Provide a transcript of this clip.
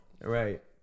Right